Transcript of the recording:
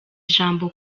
ijambo